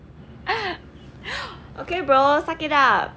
okay bro suck it up